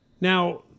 Now